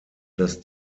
das